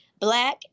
black